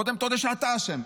קודם תודה שאתה אשם,